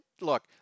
look